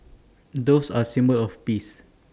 doves are A symbol of peace